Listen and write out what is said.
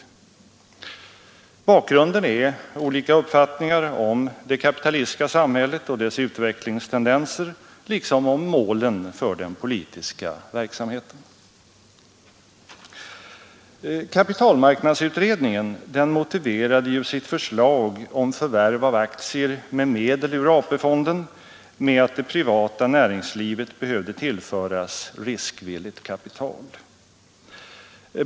Torsdagen den Bakgrunden är olika uppfattningar om det kapitalistiska samhället och 24 maj 1973 dess utvecklingstendenser liksom om målen för den politiska verksam —K— aktier med medel ur AP-fonden med att det privata näringslivet behövde tillföras riskvilligt kapital.